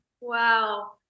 Wow